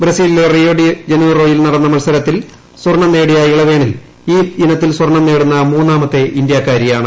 ബ്രസീലിലെ റിയോഡ്യി ജനീറോയിൽ ഇന്നലെ നടന്ന മത്സരത്തിൽ സ്വർണ്ണം നേടിയി ഇളവേണിൽ ഈ ഇനത്തിൽ സ്വർണ്ണം നേടുന്ന മൂന്നാമത്തെ ഇന്ത്യാക്കാരിയാണ്